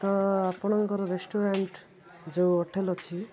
ତ ଆପଣଙ୍କର ରେଷ୍ଟୁରାଣ୍ଟ ଯେଉଁ ହୋଟେଲ ଅଛି